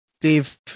Dave